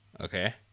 Okay